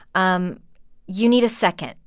um you need a second.